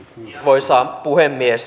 arvoisa puhemies